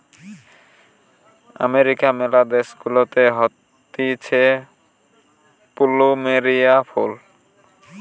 আমেরিকার ম্যালা দেশ গুলাতে হতিছে প্লুমেরিয়া ফুল